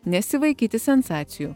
nesivaikyti sensacijų